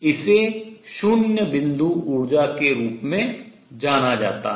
इसे शून्य बिंदु ऊर्जा के रूप में जाना जाता है